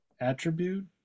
attribute